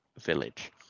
village